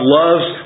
loves